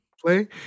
Play